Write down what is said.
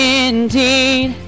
indeed